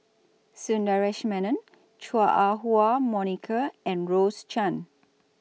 Sundaresh Menon Chua Ah Huwa Monica and Rose Chan